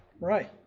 Right